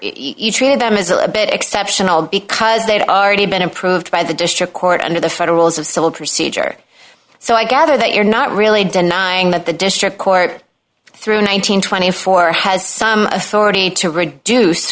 you treated them is a bit exceptional because they had already been approved by the district court under the federal as of civil procedure so i gather that you're not really denying that the district court threw nine hundred and twenty four has some authority to reduce